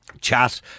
chat